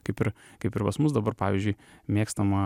kaip ir kaip ir pas mus dabar pavyzdžiui mėgstama